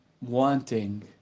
wanting